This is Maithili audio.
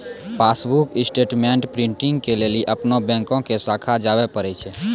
पासबुक स्टेटमेंट प्रिंटिंग के लेली अपनो बैंको के शाखा जाबे परै छै